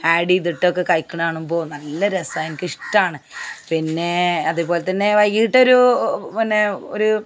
ആട് ചെയ്തിട്ടൊക്കെ കഴിക്കണ കാണുമ്പോൾ നല്ല രസാ എനിക്കിഷ്ടമാണ് പിന്നെ അതേപോലെ തന്നെ വൈകിയിട്ടൊരു പിന്നെ ഒരു